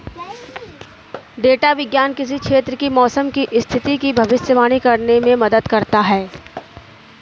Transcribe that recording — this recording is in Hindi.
डेटा विज्ञान किसी क्षेत्र की मौसम की स्थिति की भविष्यवाणी करने में मदद करता है